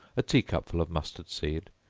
a tea-cupful of mustard seed,